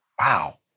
wow